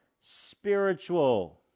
spiritual